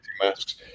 masks